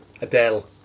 Adele